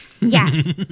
Yes